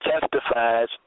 testifies